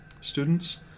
students